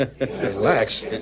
Relax